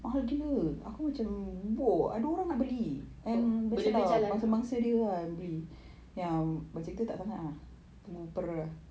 oh benda dia jalan